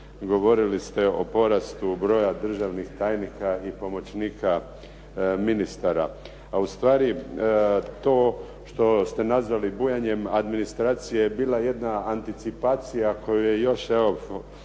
govorili ste o porastu broja državnih tajnika i pomoćnika ministara, a ustvari to što ste nazvali bujanjem administracije bila jedna anticipacija koju je još evo